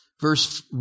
Verse